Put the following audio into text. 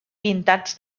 pintats